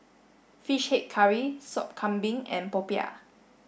fish head curry sop Kambing and Popiah